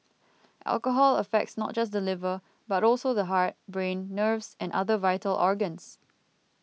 alcohol affects not just the liver but also the heart brain nerves and other vital organs